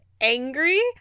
angry